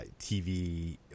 TV